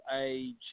age